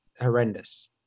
horrendous